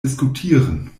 diskutieren